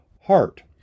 heart